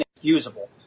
usable